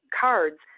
cards